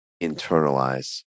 internalize